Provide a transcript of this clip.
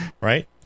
right